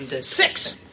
Six